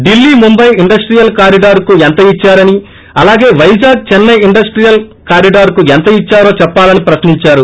Delhi Mumbai industrial కారిడార్కు ఏంత ఇద్పారని అలాగే వైజాగ్ దిన్నె ఇండస్లియల్ కారిడార్కు ఎంత ఇద్భారో చెప్పాలని ప్రశ్నించారు